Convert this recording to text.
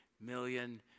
million